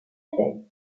abeille